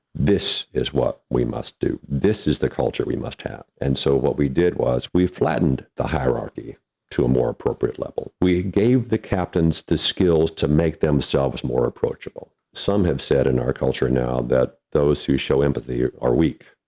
this is what we must do, this is the culture we must have. and so, what we did was we flattened the hierarchy to a more appropriate level, we gave the captains the skills to make themselves more approachable. some have said in our culture now that those who show empathy are weak.